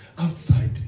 outside